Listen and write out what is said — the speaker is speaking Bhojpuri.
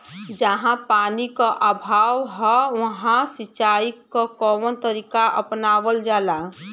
जहाँ पानी क अभाव ह वहां सिंचाई क कवन तरीका अपनावल जा?